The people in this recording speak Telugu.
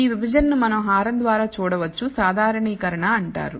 ఈ విభజనను మనం హారం ద్వారా చూడవచ్చు సాధారణీకరణ అంటారు